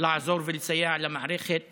לעזור ולסייע למערכת